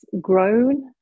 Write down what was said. grown